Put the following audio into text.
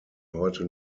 heute